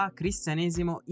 cristianesimo